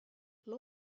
loo